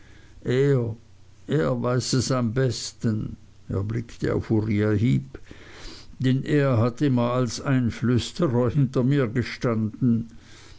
er er weiß es am besten er blickte auf uriah heep denn er hat immer als einflüsterer hinter mir gestanden